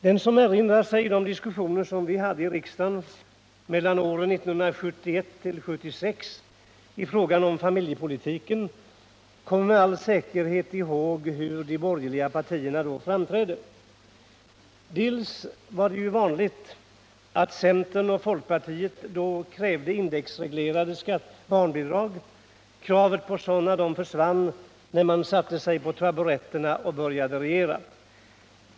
Den som erinrar sig de diskussioner som vi hade i riksdagen åren 1971-1976 i fråga om familjepolitiken kommer med all säkerhet i håg hur de borgerliga partierna då framträdde. Dels var det vanligt att centern och folkpartiet krävde indexreglerade barnbidrag. Kravet på sådana försvann när man satte sig på taburetterna och började regera.